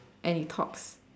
and it talks